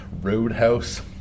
Roadhouse